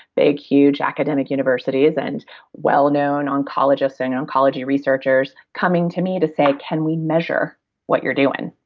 big, huge academic universities and well-known oncologists and oncology researchers coming to me to say, can we measure what you're doing?